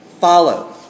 follow